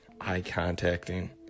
eye-contacting